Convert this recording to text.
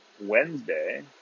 Wednesday